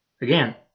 Again